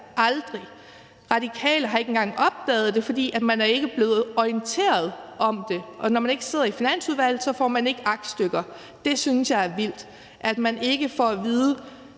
aldrig! Radikale har ikke engang opdaget det, fordi man ikke er blevet orienteret om det, og når man ikke sidder i Finansudvalget, får man ikke aktstykker. Det synes jeg er vildt, altså at man ikke får at vide: